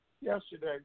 yesterday